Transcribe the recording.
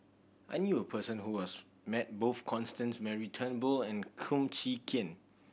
I knew a person who was met both Constance Mary Turnbull and Kum Chee Kin